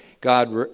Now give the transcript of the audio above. God